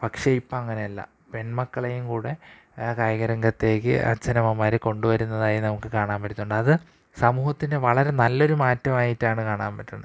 പക്ഷെ ഇപ്പോള് അങ്ങനെയല്ല പെണ്മക്കളെയും കൂടെ കായികരംഗത്തേക്ക് അച്ഛനമ്മമാര് കൊണ്ടുവരുന്നതായി നമുക്ക് കാണാൻ പറ്റുന്നുണ്ട് അത് സമൂഹത്തിന്റെ വളരെ നല്ലൊരു മാറ്റമായിട്ടാണ് കാണാന് പറ്റുന്നെ